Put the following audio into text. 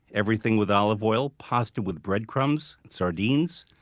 everything with olive oil, pasta with breadcrumbs, sardines.